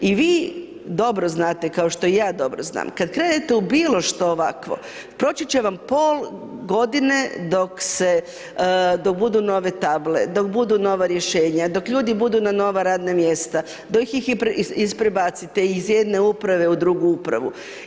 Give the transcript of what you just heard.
I vi dobro znate kao što i ja dobro znam, kada krenete u bilo što ovakvo proći će vam pola godine dok se, dok budu nove table, dok budu nova rješenja, dok ljudi budu na nova radna mjesta, dok ih isprebacite iz jedne uprave u drugu upravu.